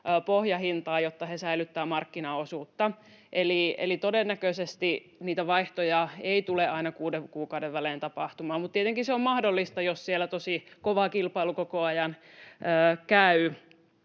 pohjahintaa, jotta he säilyttävät markkinaosuutta, eli todennäköisesti niitä vaihtoja ei tule aina kuuden kuukauden välein tapahtumaan. Tietenkin se on mahdollista, jos siellä tosi kova kilpailu koko ajan käy,